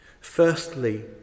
Firstly